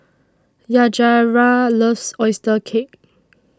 Yajaira loves Oyster Cake